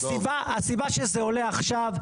הסיבה שבגללה זה עולה עכשיו,